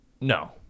No